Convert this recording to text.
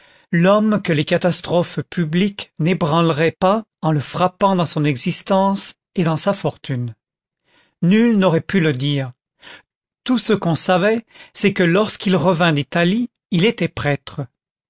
l'homme que les catastrophes publiques n'ébranleraient pas en le frappant dans son existence et dans sa fortune nul n'aurait pu le dire tout ce qu'on savait c'est que lorsqu'il revint d'italie il était prêtre